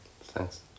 Thanks